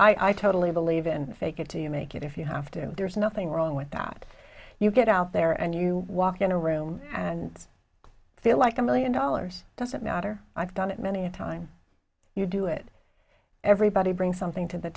i totally believe in fake it till you make it if you have to there's nothing wrong with that you get out there and you walk into a room and feel like a million dollars doesn't matter i've done it many a time you do it everybody brings something to the